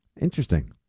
Interesting